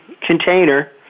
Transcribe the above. container